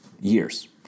years